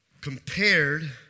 compared